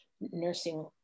nursing